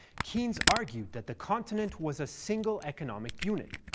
keynes argued that the continent was a single economic unit,